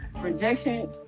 rejection